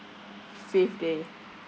fifth day